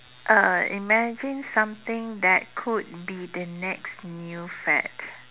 uh imagine something that could be the next new fad